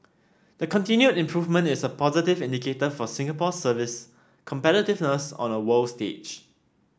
the continued improvement is a positive indicator for Singapore's service competitiveness on a world stage